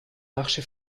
marché